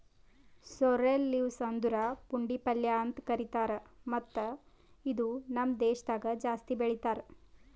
sorrel leaves ಅಂದುರ್ ಪುಂಡಿ ಪಲ್ಯ ಅಂತ್ ಕರಿತಾರ್ ಮತ್ತ ಇದು ನಮ್ ದೇಶದಾಗ್ ಜಾಸ್ತಿ ಬೆಳೀತಾರ್